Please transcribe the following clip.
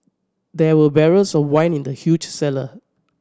there were barrels of wine in the huge cellar